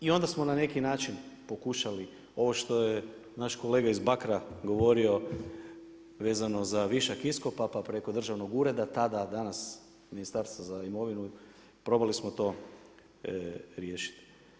I onda smo na neki način pokušali ovo što je naš kolega iz Bakra govorio vezano za višak iskopa, pa preko Državnog ureda tada, danas Ministarstvo za imovinu probali smo to riješiti.